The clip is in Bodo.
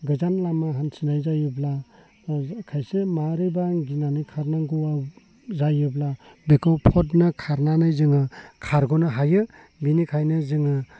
गोजान लामा हान्थिनाय जायोब्ला खायसे मारैबा गिनानै खारनांगौ जायोब्ला बेखौ फथनो खारनानै जोङो खारग'नो हायो बिनिखायनो जोङो